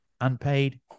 unpaid